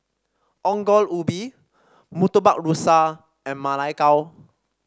Ongol Ubi Murtabak Rusa and Ma Lai Gao